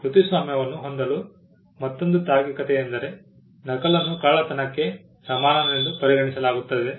ಕೃತಿಸ್ವಾಮ್ಯವನ್ನು ಹೊಂದಲು ಮತ್ತೊಂದು ತಾರ್ಕಿಕತೆಯೆಂದರೆ ನಕಲನ್ನು ಕಳ್ಳತನಕ್ಕೆ ಸಮಾನವೆಂದು ಪರಿಗಣಿಸಲಾಗುತ್ತದೆ